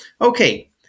Okay